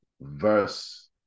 verse